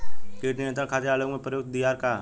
कीट नियंत्रण खातिर आलू में प्रयुक्त दियार का ह?